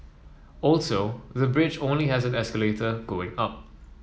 also the bridge only has the escalator going up